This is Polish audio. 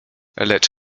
lecz